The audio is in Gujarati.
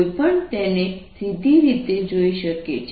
કોઈપણ તેને સીધી જોઈ શકે છે